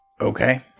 Okay